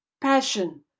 passion